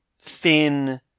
thin